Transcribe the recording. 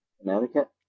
Connecticut